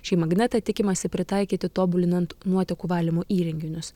šį magnetą tikimasi pritaikyti tobulinant nuotekų valymo įrenginius